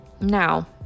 Now